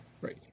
Right